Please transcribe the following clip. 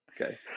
Okay